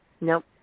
Nope